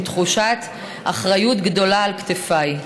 עם תחושת אחריות גדולה על כתפיי.